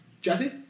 Jesse